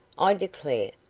i declare,